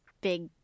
big